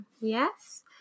yes